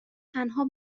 تنها